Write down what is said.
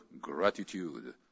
gratitude